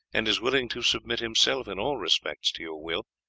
and is willing to submit himself, in all respects, to your will.